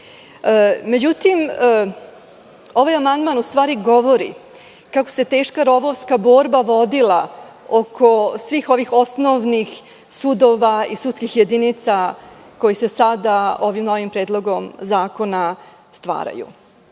Kovačici.Međutim, ovaj amandman u stvari govori kako se teška rovovska borba vodila oko svih ovih osnovnih sudova i sudskih jedinica koji se sada ovim novim predlogom zakona stvaraju. Htela